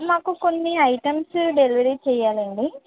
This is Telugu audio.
నాకు కొన్ని ఐటమ్సు డెలివరీ చెయ్యాలండి